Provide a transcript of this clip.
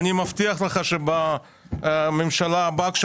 אני מבטיח לך שכשאנחנו נהיה בממשלה הבאה